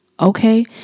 okay